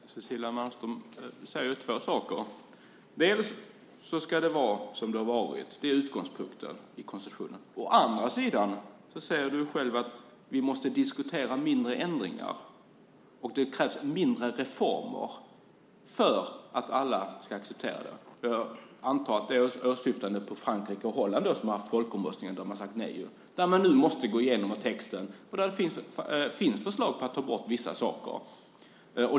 Fru talman! Cecilia Malmström säger två saker. Å ena sidan ska det vara som det har varit; det är utgångspunkten i konstitutionen. Å andra sidan säger hon själv att vi måste diskutera mindre ändringar och att det krävs mindre reformer för att alla ska acceptera det. Jag antar att hon syftar på Frankrike och Holland som har haft folkomröstningar där man har sagt nej till det. Där måste man nu gå igenom texten. Och det finns förslag på att ta bort vissa saker.